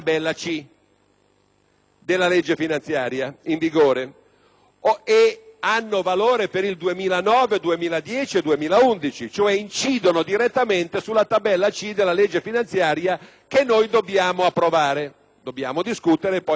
della legge finanziaria in vigore ed hanno valore per il 2009, 2010 e 2011, incidendo direttamente sulla tabella C della legge finanziaria che noi dobbiamo discutere e alla fine approvare;